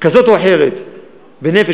כזאת או אחרת בנפש,